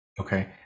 Okay